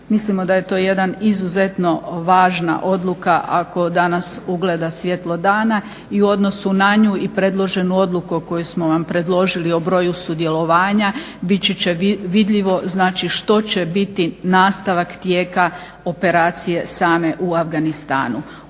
Mislimo da je to jedan izuzetno važna odluka ako danas ugleda svjetlo fana. I u odnosu na nju i predloženu odluku koju smo vam predložili o broju sudjelovanja biti će vidljivo znači što će biti nastavak tijeka operacije same u Afganistanu.